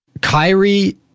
Kyrie